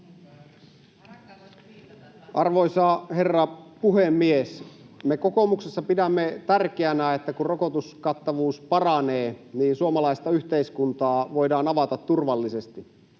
Arvoisa herra puhemies! Me kokoomuksessa pidämme tärkeänä, että kun rokotuskattavuus paranee, niin suomalaista yhteiskuntaa voidaan avata turvallisesti.